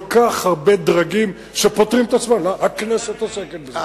כך הרבה דרגים שפוטרים את עצמם והכנסת עוסקת בזה.